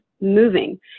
moving